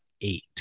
eight